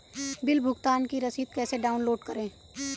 Bill भुगतान की रसीद कैसे डाउनलोड करें?